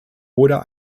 oder